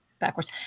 backwards